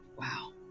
wow